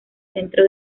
centro